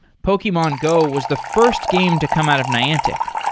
pokemon go was the first game to come out of niantic,